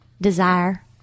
desire